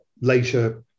later